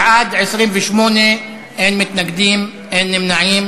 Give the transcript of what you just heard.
ההצעה להפוך את הצעת חוק ההתגוננות האזרחית (תיקון,